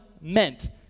meant